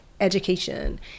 education